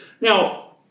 Now